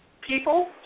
People